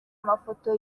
amafoto